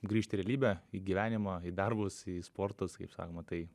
grįžt į realybę į gyvenimą į darbus į sportus kaip sakoma tai